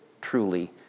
truly